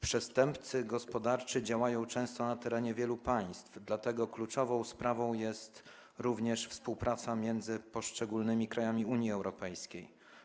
Przestępcy gospodarczy działają często na terenie wielu państw, dlatego kluczową sprawą jest również współpraca między poszczególnymi krajami Unii Europejskiej.